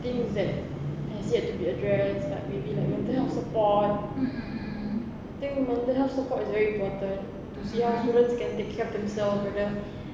things that has yet to be addressed like maybe like mental health support I think mental health support is very important to see how children can take care of themselves